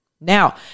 Now